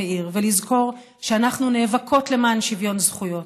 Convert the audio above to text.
מאיר ולזכור שאנחנו נאבקות למען שוויון זכויות,